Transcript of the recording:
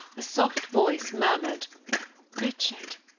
a soft voice murmured richard,